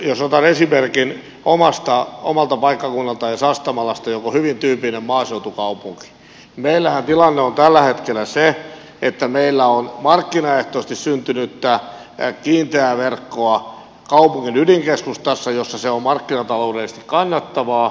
jos otan esimerkin omalta paikkakunnaltani eli sastamalasta joka on hyvin tyypillinen maaseutukaupunki niin meillähän tilanne on tällä hetkellä se että meillä on markkinaehtoisesti syntynyttä kiinteää verkkoa kaupungin ydinkeskustassa jossa se on markkinataloudellisesti kannattavaa